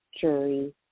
jury